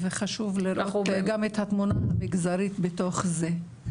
וחשוב לראות גם את התמונה המגזרית בתוך זה.